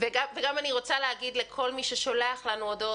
וגם אני רוצה להגיד לכל מי ששולח לנו הודעות